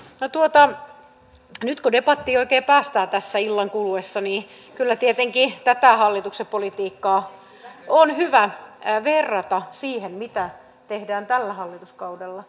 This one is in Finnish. nyt kun oikein päästään debattiin tässä illan kuluessa niin kyllä tietenkin sitä hallituksen politiikkaa on hyvä verrata siihen mitä tehdään tällä hallituskaudella